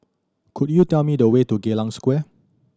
could you tell me the way to Geylang Square